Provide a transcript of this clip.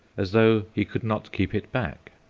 as though he could not keep it back.